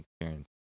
experience